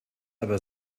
aber